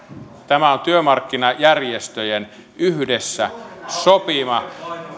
tämä on työmarkkinajärjestöjen yhdessä sopima